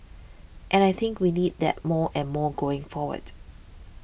and I think we need that more and more going forward